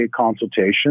consultation